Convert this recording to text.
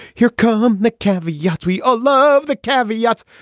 here come the caveats. we ah love the caveats.